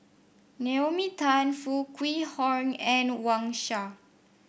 Naomi Tan Foo Kwee Horng and Wang Sha